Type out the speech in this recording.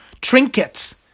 trinkets